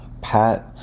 Pat